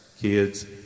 kids